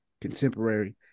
contemporary